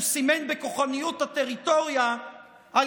הוא סימן בכוחניות את הטריטוריה על